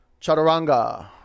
Chaturanga